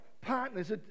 partners